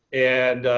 and,